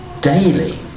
daily